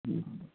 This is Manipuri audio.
ꯎꯝ